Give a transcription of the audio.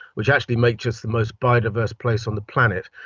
which actually makes us the most biodiverse place on the planet,